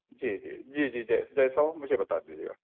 جی جی جی جی جے جیسا ہو مجھے بتا دیجیے گا